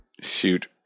Shoot